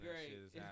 great